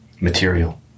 material